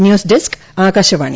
news desk Akashvani